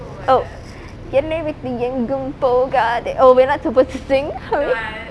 oh என்னை விட்டு எங்கும் போகாதே:ennai vittu engum pogaathae oh we're not supposed to sing sorry